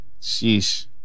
Sheesh